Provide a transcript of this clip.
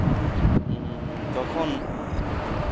ᱛᱚᱠᱷᱚᱱ